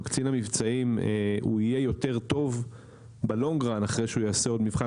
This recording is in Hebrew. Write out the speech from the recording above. קצין המבצעים הוא יהיה יותר טוב ב-long run אחרי שהוא יעשה עוד מבחן